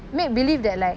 make believe that like